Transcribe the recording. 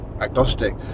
agnostic